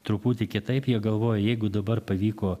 truputį kitaip jie galvojo jeigu dabar pavyko